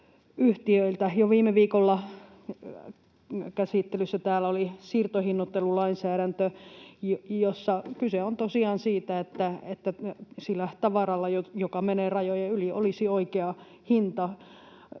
yhtiöiltä. Jo viime viikolla täällä oli käsittelyssä siirtohinnoittelulainsäädäntö, jossa kyse on tosiaan siitä, että sillä tavaralla, joka menee rajojen yli, olisi oikea hinta